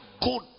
good